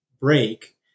break